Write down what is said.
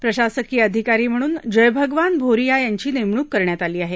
प्रशासकीय अधिकारी म्हणून जयभगवान भोरिया यांची नेमणूक करण्यात आली आहे